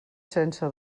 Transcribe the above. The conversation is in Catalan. sense